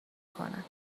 کنند